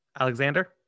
alexander